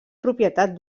propietat